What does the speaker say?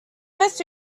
first